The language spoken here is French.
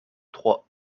trois